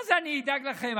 מה זה "אני אדאג לכם"?